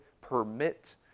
permit